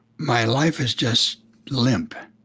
my life is just limp.